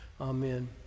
Amen